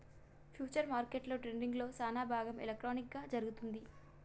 futures మార్కెట్లో ట్రేడింగ్లో సానాభాగం ఎలక్ట్రానిక్ గా జరుగుతుంది